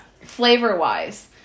Flavor-wise